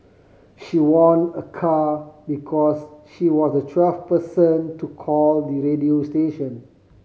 she won a car because she was the twelfth person to call the radio station